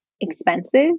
expensive